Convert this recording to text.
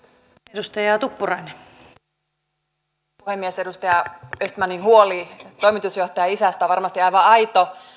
arvoisa puhemies edustaja östmanin huoli toimitusjohtajaisästä on varmasti aivan aito